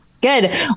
Good